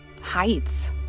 heights